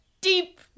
deep